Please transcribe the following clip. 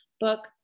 book